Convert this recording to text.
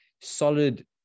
solid